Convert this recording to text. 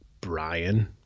Brian